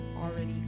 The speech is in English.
already